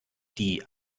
die